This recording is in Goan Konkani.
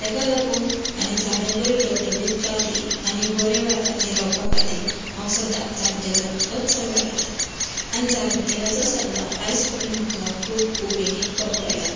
ताका लागून आनी झाडां बरी ठवठवीत रावतलीं आनी बऱ्या वेळा खातीर रावपा खातीर हांव सदांच जाणटेल्यांलोच सल्लो घेतां आनी जाणटेल्यांचो सल्ला आयज पर्यंन म्हाका खूब उपेगाक पडला